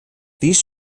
these